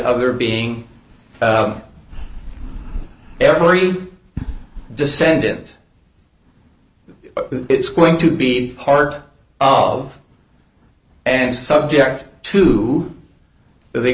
of there being every descendant it's going to be part of and subject to the